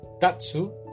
tatsu